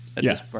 Yes